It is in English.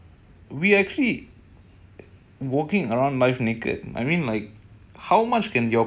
no clothes somehow we've been conditioned that we have to hide all these